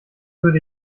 würde